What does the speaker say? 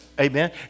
Amen